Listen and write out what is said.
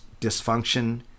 dysfunction